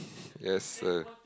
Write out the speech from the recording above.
yes a